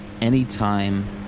anytime